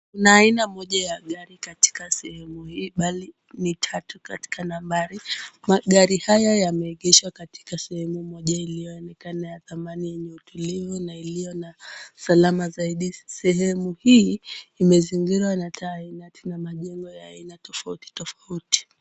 Kuna aina moja ya gari katika sehemu hii bali ni tatu katika nambari. Magari haya yameegeshwa katika sehemu moja iliyoonekana ya dhamani yenye utulivu na iliyo na usalama zaidi. Sehemu hii imezingirwa na taa ya inati na majengo ya aina tofauti tofauti.